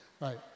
Right